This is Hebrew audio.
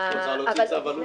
--- את בעצם רוצה להוציא צו אלוף